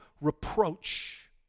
reproach